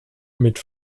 mit